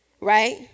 right